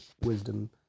wisdom